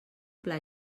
pla